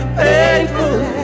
painful